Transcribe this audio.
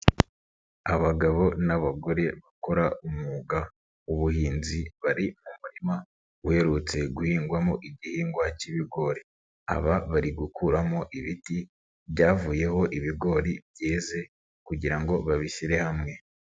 Abagabo n'abagore bakora umwuga w'ubuhinzi bari mu murima uherutse guhingwamo igihingwa k'ibigori, aba bari gukuramo ibiti byavuyeho ibigori byeze kugira ngo babishyire hamwe.